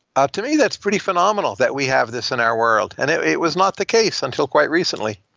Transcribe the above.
ah to me, that's pretty phenomenal, that we have this in our world, and it it was not the case until quite recently,